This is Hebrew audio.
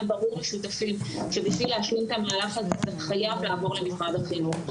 היה ברור שבשביל להשלים את המהלך הזה חייב לעבור למשרד החינוך.